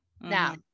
Now